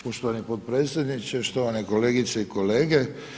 Poštovani potpredsjedniče, štovane kolegice i kolege.